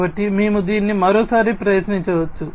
కాబట్టి మేము దీన్ని మరోసారి ప్రయత్నించవచ్చు